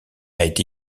été